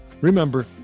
Remember